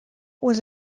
was